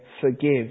forgive